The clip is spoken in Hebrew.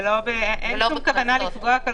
ואין שום כוונה לפגוע כלכלית,